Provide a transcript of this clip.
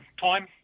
time